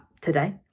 today